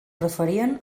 preferien